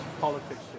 politics